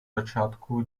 začátku